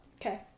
Okay